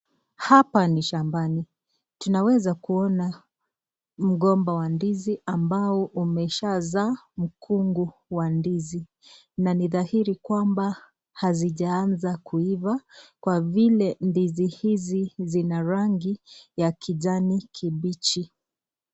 Hapa ni shamba tunaweza kuona mgomba wa ndizi ambao umeshaa zaa mgugu wa ndizi na ni dahiri kwamba hazijaanza kufaa kwa vile ndizi hizi zina rangi kijani kibichi.